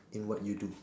in what you do